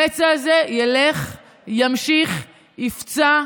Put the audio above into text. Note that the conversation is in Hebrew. הפצע הזה ימשיך, יפצע,